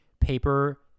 paper